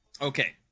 Okay